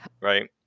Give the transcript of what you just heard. right